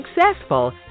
successful